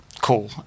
cool